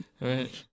Right